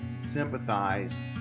sympathize